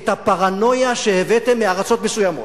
את הפרנויה שהבאתם מארצות מסוימות.